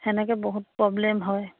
তেনেকৈ বহুত প্ৰব্লেম হয়